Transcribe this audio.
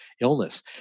illness